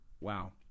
wow